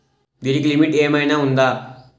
దీనికి లిమిట్ ఆమైనా ఉందా?